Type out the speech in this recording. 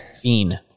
Fiend